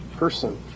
person